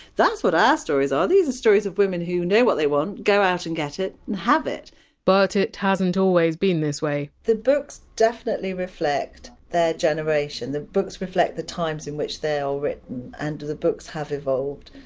that's what our stories are these are stories of women who know what they want, go out and get it and have it but it hasn! t always been this way the books definitely reflect their generation. the books reflect the times in which they are written and the books have evolved.